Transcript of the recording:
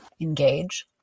engage